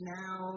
now